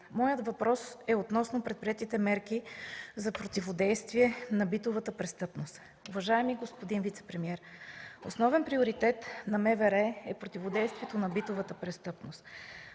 Моят въпрос е относно предприетите мерки за противодействие на битовата престъпност. Уважаеми господин вицепремиер, основен приоритет на МВР е противодействието на битовата престъпност.